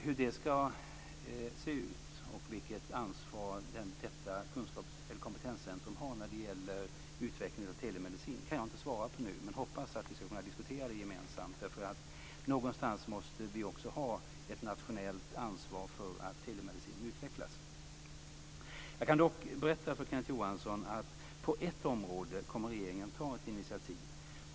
Hur det ska se ut och vilket ansvar som detta kompetenscentrum har när det gäller utvecklingen av telemedicin kan jag inte svara på nu, men jag hoppas att vi ska kunna diskutera det gemensamt. Någonstans måste vi ha ett nationellt ansvar för att telemedicinen utvecklas. Jag kan dock berätta för Kenneth Johansson att regeringen på ett område kommer att ta ett initiativ.